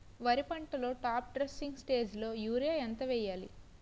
వరి పంటలో top dressing స్టేజిలో యూరియా ఎంత వెయ్యాలి?